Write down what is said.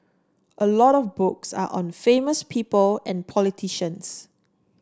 a lot of books are on famous people and politicians